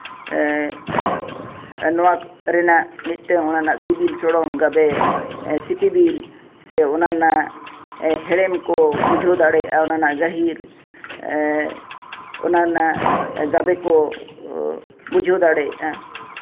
ᱟᱨ ᱱᱚᱣᱟ ᱨᱮᱱᱟᱜ ᱢᱤᱫᱴᱟᱹᱝ ᱚᱱᱟ ᱨᱮᱱᱟᱜ ᱥᱤᱵᱤᱞ ᱥᱚᱲᱚᱢ ᱜᱟᱵᱮ ᱥᱤᱯᱤᱵᱤᱞ ᱥᱮ ᱚᱱᱟ ᱨᱮᱱᱟᱜ ᱦᱮᱲᱮᱢ ᱠᱚ ᱵᱩᱡᱷᱟᱹᱣ ᱫᱟᱲᱮᱭᱟᱜᱼᱟ ᱚᱱᱟ ᱨᱮᱱᱟᱜ ᱜᱟᱹᱦᱤᱨ ᱚᱱᱟ ᱨᱮᱱᱟᱜ ᱜᱟᱵᱮ ᱠᱚ ᱵᱩᱡᱷᱟᱹᱣ ᱫᱟᱲᱮᱭᱟᱜᱼᱟ